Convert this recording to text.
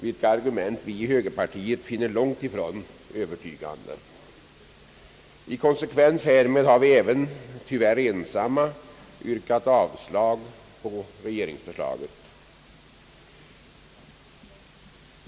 Vi i högerpartiet finner dessa argument långt ifrån övertygande. I konsekvens härmed har vi — tyvärr ensamma — yrkat avslag på regeringsförslaget.